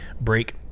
Break